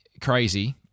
crazy